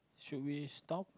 should we stop